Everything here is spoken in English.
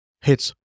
hits